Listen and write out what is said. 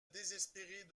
désespérer